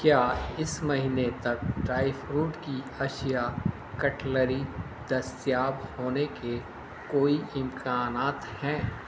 کیا اس مہینے تک ڈرائی فروٹ کی اشیاء کٹلری دستیاب ہونے کے کوئی امکانات ہیں